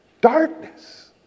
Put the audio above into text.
darkness